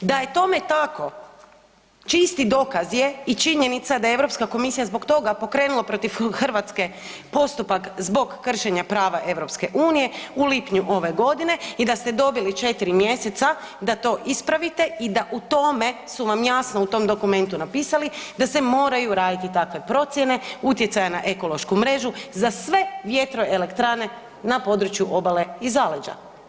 Da je tome tako čisti dokaz je i činjenica da je Europska komisija zbog toga pokrenula protiv Hrvatske postupak zbog kršenja prava EU u lipnju ove godine i da ste dobili 4 mjeseca da to ispravite i da u tome su vam jasno u tom dokumentu napisali da se moraju raditi takve procijene utjecaja na ekološku mrežu za sve vjetroelektrane na području obale i zaleđa.